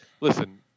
listen